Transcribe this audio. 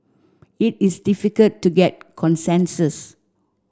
it is difficult to get consensus